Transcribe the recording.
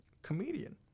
comedian